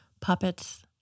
puppets